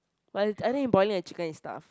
but I think in boiling the chicken and stuff